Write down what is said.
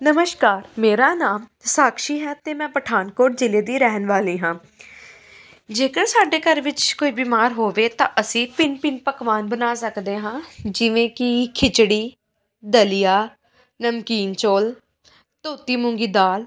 ਨਮਸ਼ਕਾਰ ਮੇਰਾ ਨਾਮ ਸਾਕਸ਼ੀ ਹੈ ਅਤੇ ਮੈਂ ਪਠਾਨਕੋਟ ਜ਼ਿਲ੍ਹੇ ਦੀ ਰਹਿਣ ਵਾਲੀ ਹਾਂ ਜੇਕਰ ਸਾਡੇ ਘਰ ਵਿੱਚ ਕੋਈ ਬਿਮਾਰ ਹੋਵੇ ਤਾਂ ਅਸੀਂ ਭਿੰਨ ਭਿੰਨ ਪਕਵਾਨ ਬਣਾ ਸਕਦੇ ਹਾਂ ਜਿਵੇਂ ਕਿ ਖਿਚੜੀ ਦਲੀਆ ਨਮਕੀਨ ਚੌਲ ਧੋਤੀ ਮੂੰਗੀ ਦਾਲ